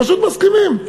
פשוט מסכימים.